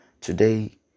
today